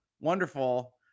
Wonderful